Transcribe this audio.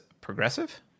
progressive